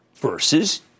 versus